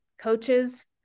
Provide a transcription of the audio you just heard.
coaches